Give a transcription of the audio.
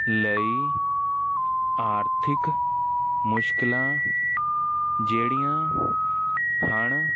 ਲਈ ਆਰਥਿਕ ਮੁਸ਼ਕਲਾਂ ਜਿਹੜੀਆਂ ਹਨ